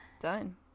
Done